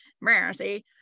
mercy